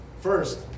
First